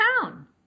town